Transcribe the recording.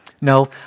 No